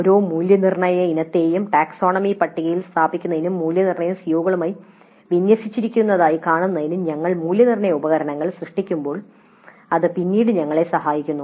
ഓരോ മൂല്യനിർണ്ണയ ഇനത്തെയും ടാക്സോണമി പട്ടികയിൽ സ്ഥാപിക്കുന്നതിനും മൂല്യനിർണ്ണയം സിഒകളുമായി വിന്യസിച്ചിരിക്കുന്നതായി കാണുന്നതിനും ഞങ്ങൾ മൂല്യനിർണ്ണയ ഉപകരണങ്ങൾ സൃഷ്ടിക്കുമ്പോൾ ഇത് പിന്നീട് ഞങ്ങളെ സഹായിക്കുന്നു